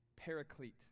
paraclete